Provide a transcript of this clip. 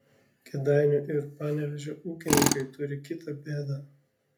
kėdainių ir panevėžio ūkininkai turi kitą bėdą